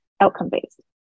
outcome-based